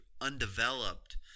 undeveloped